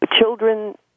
Children